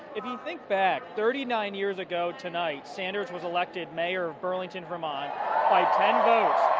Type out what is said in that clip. if you think back, thirty nine years ago tonight, sanders was elected mayor of burlington, vermont by ten votes.